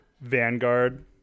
vanguard